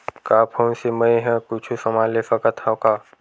का फोन से मै हे कुछु समान ले सकत हाव का?